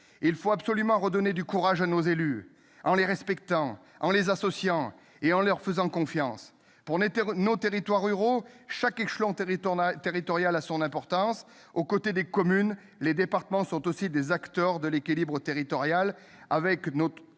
Il faut absolument redonner du courage à nos élus en les respectant, en les associant et en leur faisant confiance. Pour nos territoires ruraux, chaque échelon territorial a son importance. Aux côtés des communes, les départements sont aussi des acteurs de l'équilibre territorial. Dans notre